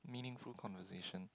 meaningful conversation